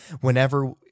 whenever